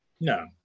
No